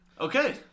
Okay